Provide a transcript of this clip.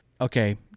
okay